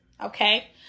Okay